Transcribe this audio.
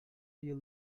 you